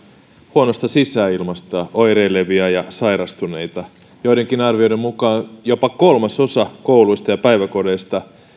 huonosta sisäilmasta oireilevia ja sairastuneita joidenkin arvioiden mukaan jopa kolmasosa kouluista ja päiväkodeista